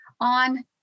on